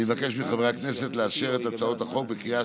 אני מבקש מחברי הכנסת לאשר את הצעת החוק בקריאה